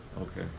okay